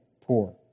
poor